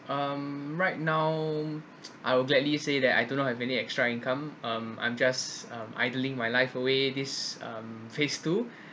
um right now I will gladly say that I do not have any extra income um I'm just um idling my life away this um phase two